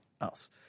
else